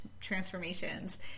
transformations